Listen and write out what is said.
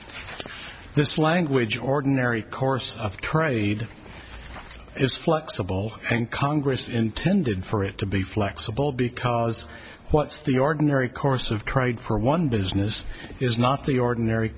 this language ordinary course of trade is flexible and congress intended for it to be flexible because what's the ordinary course of pride for one business is not the ordinary